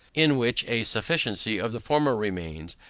in which a sufficiency of the former remains,